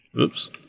Oops